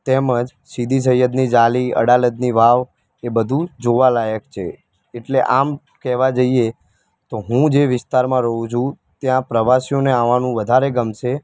તેમ જ સીદી સૈયદની જાળી અડાલજની વાવ એ બધું જોવાલાયક છે એટલે આમ કહેવા જઈએ તો હું જે વિસ્તારમાં રહું છું ત્યાં પ્રવાસીઓને આવવાનું વધારે ગમશે